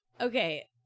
Okay